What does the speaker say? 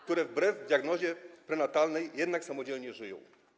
które wbrew diagnozie prenatalnej jednak samodzielnie żyją?